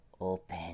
...open